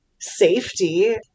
safety